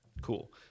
Cool